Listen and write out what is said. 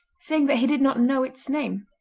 saying that he did not know its name.